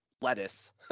lettuce